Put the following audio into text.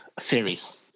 theories